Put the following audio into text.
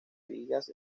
vigas